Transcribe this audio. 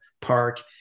park